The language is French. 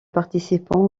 participant